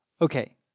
Okay